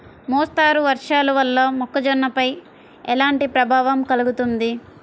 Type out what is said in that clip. మోస్తరు వర్షాలు వల్ల మొక్కజొన్నపై ఎలాంటి ప్రభావం కలుగుతుంది?